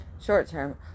Short-term